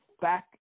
back